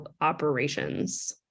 operations